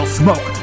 smoke